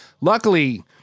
luckily